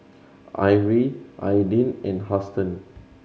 Arrie Aydin and Huston